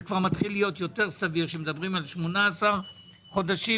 אם תבואו עם 18 חודשים